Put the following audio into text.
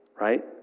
right